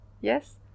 Yes